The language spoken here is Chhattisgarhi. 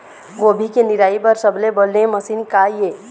गोभी के निराई बर सबले बने मशीन का ये?